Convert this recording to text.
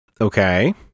Okay